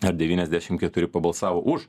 ar devyniasdešim keturi pabalsavo už